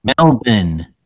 Melbourne